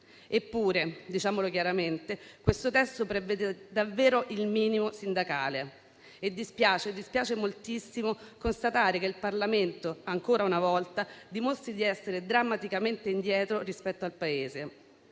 Eppure - diciamolo chiaramente - questo testo prevede davvero il minimo sindacale e dispiace moltissimo constatare che il Parlamento, ancora una volta, dimostri di essere drammaticamente indietro rispetto al Paese.